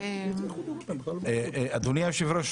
אדוני היושב-ראש,